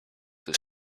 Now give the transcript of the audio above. des